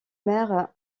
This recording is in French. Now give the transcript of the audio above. mère